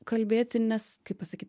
kalbėti nes kaip pasakyt